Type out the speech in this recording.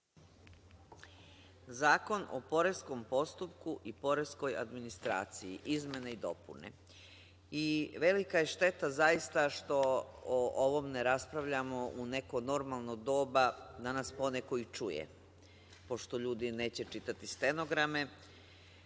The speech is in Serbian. Zakon o poreskom postupku i poreskoj administraciji, izmene i dopune, i velika je šteta zaista što o ovom ne raspravljamo u neko normalno doba da nas poneko i čuje, pošto ljudi neće čitati stenograme,